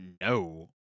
No